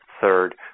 third